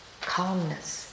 calmness